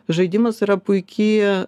žaidimas yra puiki